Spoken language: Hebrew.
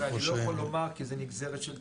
תראה, אני לא יכול לומר, כי זו נגזרת של תקציבים,